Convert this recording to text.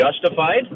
justified